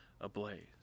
ablaze